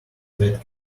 bat